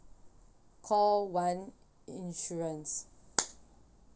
call one insurance